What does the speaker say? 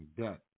debt